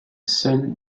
seule